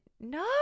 no